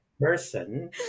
person